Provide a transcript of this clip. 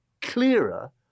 clearer